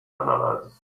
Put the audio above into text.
analysis